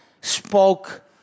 spoke